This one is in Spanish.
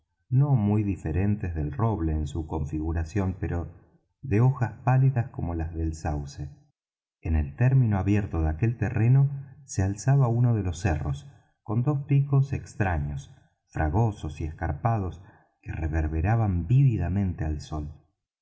no muy diferentes del roble en su configuración pero de hojas pálidas como las del sauce en el término abierto de aquel terreno se alzaba uno de los cerros con dos picos extraños fragosos y escarpados que reverberaban vívidamente al sol